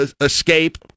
escape